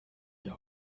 wir